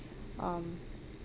um